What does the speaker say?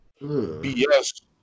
BS